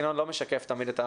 הטכניון לא משקף תמיד את המערכת.